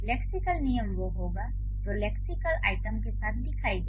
lexical नियम वह होगा जो लेक्सिकल आइटम के साथ दिखाई दे